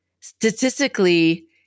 statistically